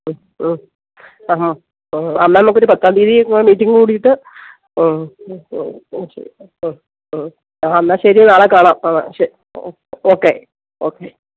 മ്മ് മ്മ് മ്മ് മ്മ് എന്നാല് നമുക്കൊരു പത്താം തിയ്യതി മീറ്റിംഗ് കൂടിയിട്ട് മ്മ് മ്മ് മ്മ് ശരി മ്മ് മ്മ് എന്നാല് ശരി നാളെ കാണാം ആ ശരി ഓക്കെ ഓക്കെ